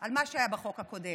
על מה שהיה בחוק הקודם.